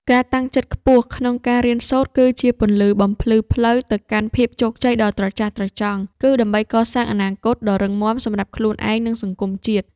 ការតាំងចិត្តខ្ពស់ក្នុងការរៀនសូត្រគឺជាពន្លឺបំភ្លឺផ្លូវទៅកាន់ភាពជោគជ័យដ៏ត្រចះត្រចង់ គឺ ដើម្បីកសាងអនាគតដ៏រឹងមាំសម្រាប់ខ្លួនឯង និង សង្គមជាតិ។